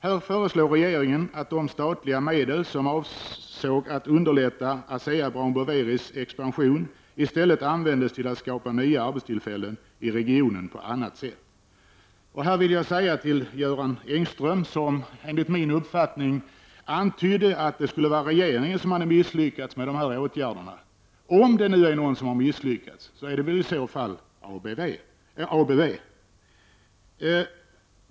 Här föreslår regeringen att de statliga medel som avsåg att underlätta ASEA Brown Boveris expansion i stället används till att skapa nya arbetstillfällen i regionen på annat sätt. Här vill jag säga till Göran Engström, som enligt min uppfattning antydde att det skulle vara regeringen som hade misslyckats med de här åtgärderna, att om det är någon som har misslyckats är det ABB.